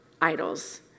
idols